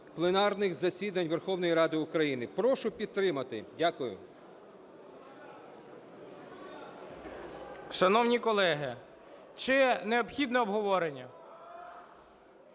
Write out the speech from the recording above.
пленарних засідань Верховної Ради України. Прошу підтримати. Дякую. ГОЛОВУЮЧИЙ. Шановні колеги, чи необхідне обговорення?